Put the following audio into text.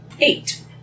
Eight